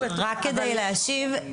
רק כדי להשיב,